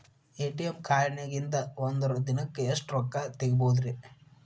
ATM ಕಾರ್ಡ್ನ್ಯಾಗಿನ್ದ್ ಒಂದ್ ದಿನಕ್ಕ್ ಎಷ್ಟ ರೊಕ್ಕಾ ತೆಗಸ್ಬೋದ್ರಿ?